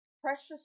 precious